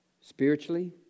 spiritually